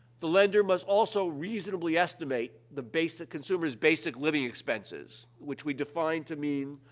the lender must also reasonably estimate the basic consumers' basic living expenses, which we define to mean,